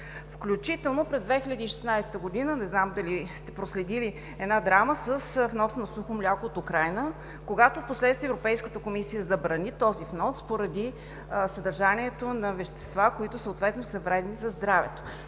включително през 2016 г. Не знам дали сте проследили една драма с внос на сухо мляко от Украйна, когато в последствие Европейската комисия забрани този внос поради съдържанието на вещества, които са вредни за здравето,